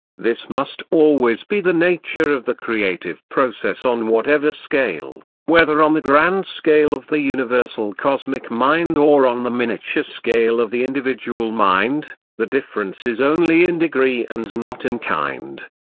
this must always be the nature of the creative process on whatever scale, whether on the grand scale of the universal cosmic mind or on the miniature scale of the individual mind the difference is only in degree and not in kind.